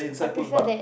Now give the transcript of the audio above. I prefer that